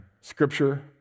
Scripture